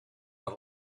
i’ve